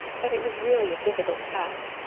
but it was really a difficult task.